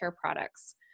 products